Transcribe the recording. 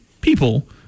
people